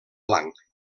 blanc